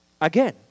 Again